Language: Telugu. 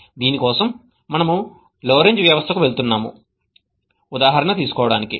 దీని కోసం మనము వెళ్తున్నాము లోరెంజ్ వ్యవస్థ గా పిలువబడే ఉదాహరణను తీసుకోవటానికి